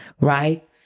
right